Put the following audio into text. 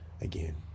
again